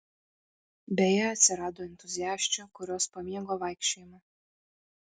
beje atsirado entuziasčių kurios pamėgo vaikščiojimą